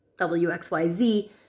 WXYZ